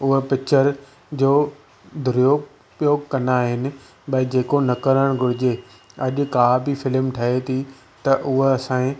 उहा पिक्चर जो दुरुपयोगु कंदा आहिनि बई जेको न करणु घुरिजे अॼु का बि फ़िल्मु ठहे थी त उहा असांजे